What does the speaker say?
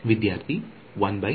ವಿದ್ಯಾರ್ಥಿ 1 R